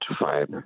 five